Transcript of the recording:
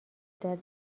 داد